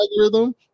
algorithm